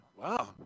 wow